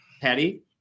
Patty